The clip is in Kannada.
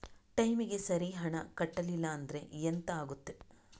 ಟೈಮಿಗೆ ಸರಿ ಹಣ ಕಟ್ಟಲಿಲ್ಲ ಅಂದ್ರೆ ಎಂಥ ಆಗುತ್ತೆ?